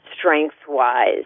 strength-wise